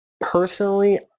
Personally